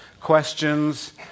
questions